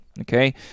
okay